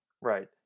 Right